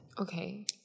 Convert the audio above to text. Okay